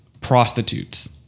prostitutes